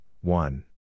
one